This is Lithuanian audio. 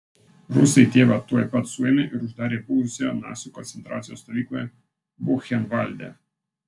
rusai tėvą tuoj pat suėmė ir uždarė buvusioje nacių koncentracijos stovykloje buchenvalde